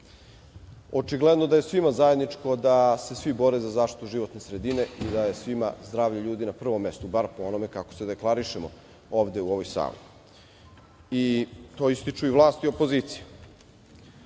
zaključak. Očigledno da je svima zajedničko da se svi bore za zaštitu životne sredine i da je svima zdravlje ljudi na prvom mestu, bar po onome kako se deklarišemo ovde u u ovoj sali. To ističu i vlasti i opozicija.